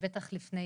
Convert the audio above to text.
בטח לפני